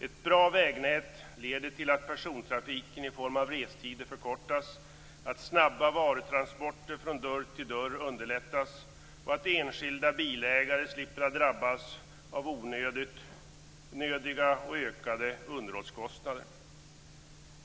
Ett bra vägnät leder till att persontrafiken i form av restider förkortas, att snabba varutransporter från dörr till dörr underlättas och att enskilda bilägare slipper att drabbas av onödiga och ökade underhållskostnader.